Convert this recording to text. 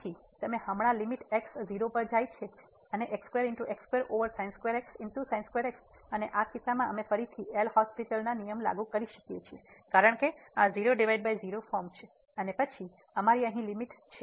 તેથી તમે હમણાં લીમીટ x 0 પર જાય છે ઓવર અને આ કિસ્સામાં અમે ફરીથી એલહોસ્પિટલL'hospital નિયમ લાગુ કરી શકીએ છીએ કારણ કે આ 00 ફોર્મ છે અને પછી અમારી અહીં લીમીટ છે